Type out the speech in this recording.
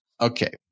okay